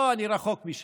לא, אני רחוק משם.